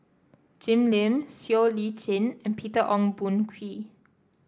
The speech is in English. Jim Lim Siow Lee Chin and Peter Ong Boon Kwee